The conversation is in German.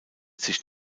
sich